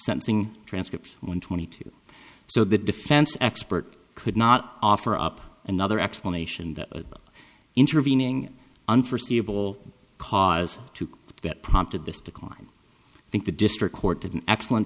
something transcript one twenty two so the defense expert could not offer up another explanation that intervening unforeseeable cause to get prompted this decline i think the district court did an excellent